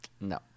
No